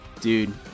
dude